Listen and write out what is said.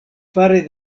fare